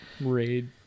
raid